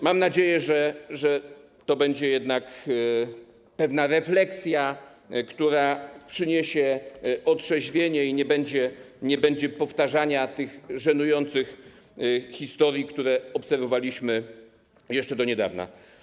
Mam nadzieję, że to będzie jednak pewna refleksja, która przyniesie otrzeźwienie, i nie będzie powtarzania tych żenujących historii, które obserwowaliśmy jeszcze do niedawna.